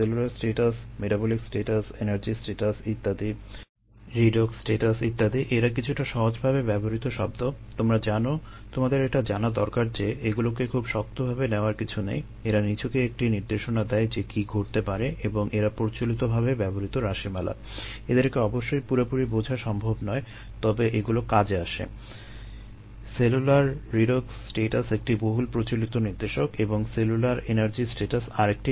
তাহলে সেলের জানালাগুলো হচ্ছে সেলের সেলুলার স্ট্যাটাসের থেকে